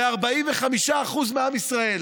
ב-45% מעם ישראל.